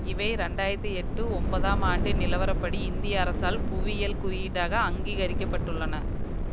இவை ரெண்டாயிரத்தி எட்டு ஒன்பதாம் ஆண்டு நிலவரப்படி இந்திய அரசால் புவியியல் குறியீடாக அங்கீகரிக்கப்பட்டுள்ளன